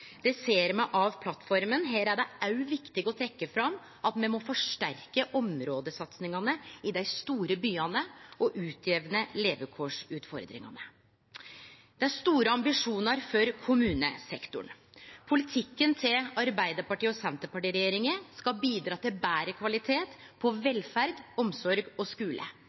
Det ser me av plattforma. Her er det òg viktig å trekkje fram at me må forsterke områdesatsingane i dei store byane og jamne ut levekårsutfordringane. Det er store ambisjonar for kommunesektoren. Politikken til Arbeidarparti–Senterparti-regjeringa skal bidra til betre kvalitet på velferd, omsorg og skule